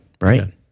right